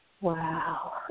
Wow